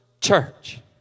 church